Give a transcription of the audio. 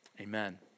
Amen